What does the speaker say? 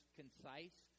concise